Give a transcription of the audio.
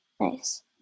Nice